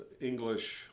English